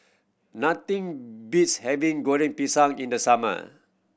nothing beats having Goreng Pisang in the summer